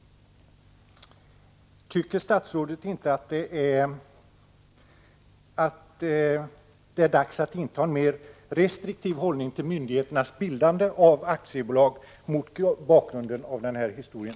Tycker statsrådet inte att det är dags att inta en mer restriktiv hållning till myndigheternas bildande av aktiebolag, mot bakgrund av den här historien?